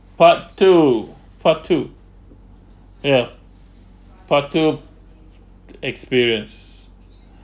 part two part two ya part two experience